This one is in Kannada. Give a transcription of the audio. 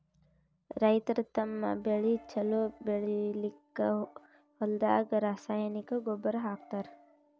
ರೈತರ್ ತಮ್ಮ್ ಬೆಳಿ ಛಲೋ ಬೆಳಿಲಿಕ್ಕ್ ಹೊಲ್ದಾಗ ರಾಸಾಯನಿಕ್ ಗೊಬ್ಬರ್ ಹಾಕ್ತಾರ್